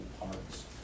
parts